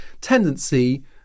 tendency